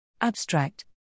Abstract